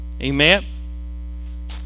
Amen